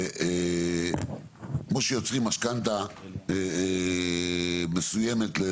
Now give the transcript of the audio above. שכמו שיוצרים משכנתא מסוימת,